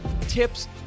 tips